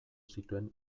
zituen